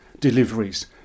deliveries